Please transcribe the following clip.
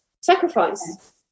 sacrifice